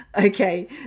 Okay